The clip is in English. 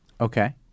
Okay